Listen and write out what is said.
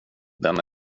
den